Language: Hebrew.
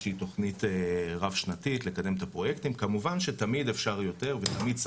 להרחיב את כמות הסנסורים וגם יכולת